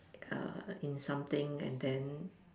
err in something and then